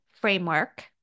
framework